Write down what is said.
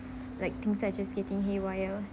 like things such as getting haywire